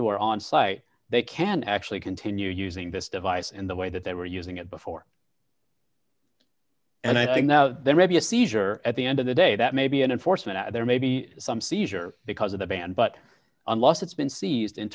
who are on site they can actually continue using this device in the way that they were using it before and i think now there may be a seizure at the end of the day that may be an enforcement and there may be some seizure because of the band but unless it's been